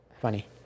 Funny